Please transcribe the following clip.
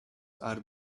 are